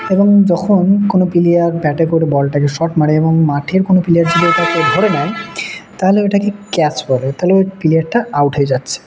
এবং যখন কোনো প্লেয়ার ব্যাটে করে বলটাকে শট মারে এবং মাঠের কোনো প্লেয়ার যদি ওটাকে ধরে নেয় তাহলে ওটাকে ক্যাচ বলে তাহলে ওই প্লেয়ারটা আউট হয়ে যাচ্ছে